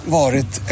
varit